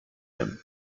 him